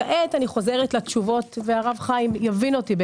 כעת אני חוזרת לתשובות והרב חיים יבין אותי.